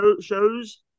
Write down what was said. shows